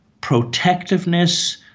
protectiveness